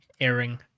airing